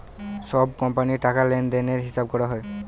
সব কোম্পানির টাকা লেনদেনের হিসাব করা হয়